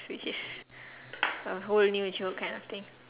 which is a whole new joke kind of thing